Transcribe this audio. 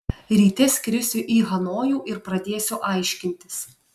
ryte skrisiu į hanojų ir pradėsiu aiškintis